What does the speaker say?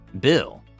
Bill